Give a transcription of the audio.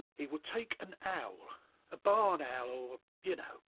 he would take an owl a barn owl or you know